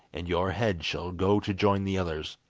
and your head shall go to join the others